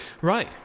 Right